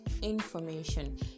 information